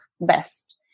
best